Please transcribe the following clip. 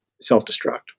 self-destruct